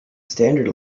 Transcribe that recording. standard